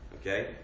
Okay